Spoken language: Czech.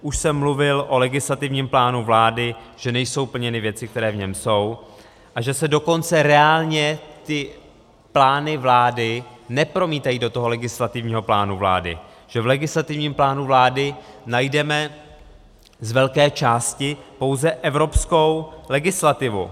Už jsem mluvil o legislativním plánu vlády, že nejsou plněny věci, které v něm jsou, a že se dokonce reálně ty plány vlády nepromítají do toho legislativního plánu vlády, že v legislativním plánu vlády najdeme z velké části pouze evropskou legislativu.